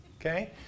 okay